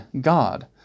God